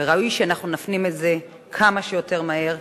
וראוי שאנחנו נפנים את זה כמה שיותר מהר,